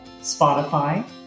Spotify